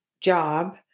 job